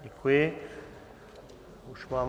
Děkuji vám.